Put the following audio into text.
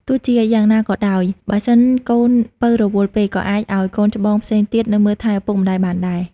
ទោះជាយ៉ាងណាក៏ដោយ បើសិនកូនពៅរវល់ពេក ក៏អាចឲ្យកូនច្បងផ្សេងទៀត នៅមើលថែឪពុកម្តាយបានដែរ។